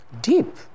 Deep